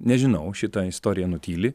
nežinau šitą istorija nutyli